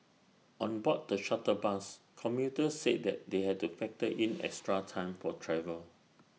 on board the shuttle bus commuters said that they had to factor in extra time for travel